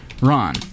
ron